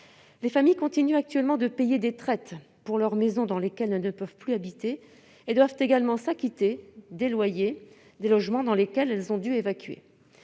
les familles continuent de payer des traites pour les maisons qu'elles ne peuvent plus habiter et doivent, en outre, s'acquitter des loyers des logements dans lesquels elles ont dû évacuer.